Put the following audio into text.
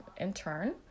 intern